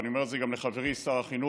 ואני אומר את זה גם לחברי שר החינוך: